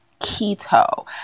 keto